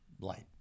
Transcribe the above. light